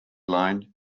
line